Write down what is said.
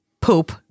poop